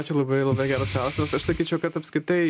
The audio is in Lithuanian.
ačiū labai labai geras klausimas aš sakyčiau kad apskritai